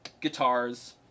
guitars